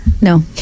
No